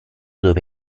dove